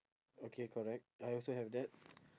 okay correct I also have that